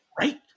Right